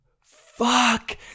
Fuck